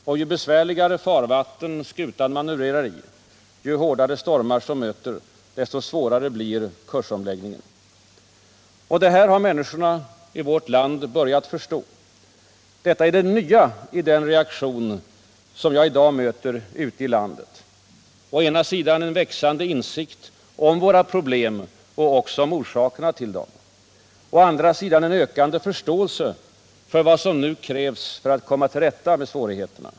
Och ju besvärligare farvatten skutan manövrerar i, ju hårdare stormar som möter, desto svårare blir kursomläggningen. Detta har människorna i vårt land börjat förstå. Detta är det nya i den reaktion jag i dag möter ute i landet. Å ena sidan en växande insikt om våra problem och också om orsakerna till dem. Å andra sidan en ökande förståelse för vad som nu krävs för att komma till rätta med svårigheterna.